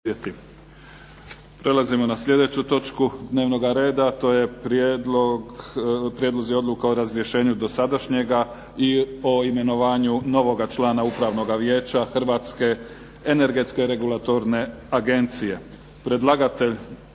Prelazimo na slijedeću točku dnevnoga reda. - Prijedlozi odluka o razrješenju dosadašnjeg i o imenovanju novog člana Upravnog vijeća Hrvatske energetske regulatorne agencije Predlagatelj